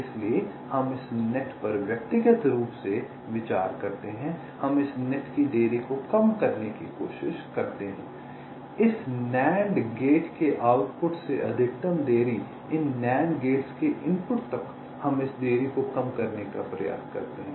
इसलिए हम इस नेट पर व्यक्तिगत रूप से विचार करते हैं हम इस नेट की देरी को कम करने की कोशिश करते हैं इस NAND गेट के आउटपुट से अधिकतम देरी इन NAND गेट्स के इनपुट तक हम इस देरी को कम करने का प्रयास करते हैं